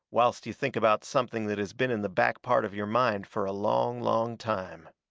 whilst you think about something that has been in the back part of your mind fur a long, long time.